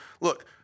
look